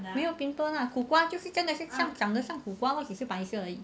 没有 pimple lah 苦瓜就是真的是像长得像苦瓜 lor 只是白色而已